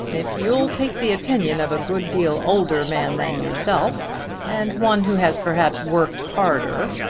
if you'll take the opinion of a good deal older man than yourself and one who has perhaps worked harder,